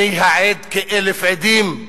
אני העד כאלף עדים,